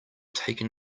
taken